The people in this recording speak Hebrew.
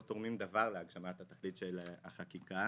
תורמים דבר להגשת התכלית של החקיקה.